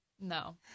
No